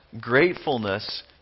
gratefulness